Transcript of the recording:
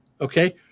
Okay